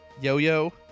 Yo-Yo